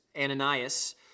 Ananias